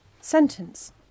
Sentence